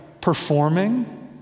performing